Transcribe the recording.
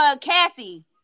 Cassie